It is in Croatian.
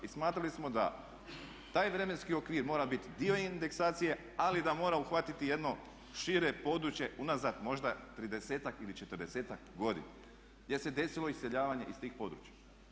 I smatrali smo da taj vremenski okvir mora biti dio indeksacije ali da moram uhvatiti jedno šire područje unazad možda tridesetak ili četrdesetak godina jer se desilo iseljavanje iz tih područja.